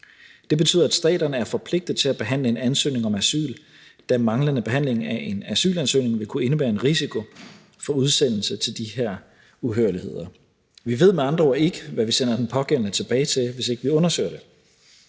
Det betyder, at staterne er forpligtet til at behandle en ansøgning om asyl, da manglende behandling af en asylansøgning vil kunne indebære en risiko for udsendelse til de her uhyrligheder. Vi ved med andre ord ikke, hvad vi sender den pågældende tilbage til, hvis ikke vi undersøger det.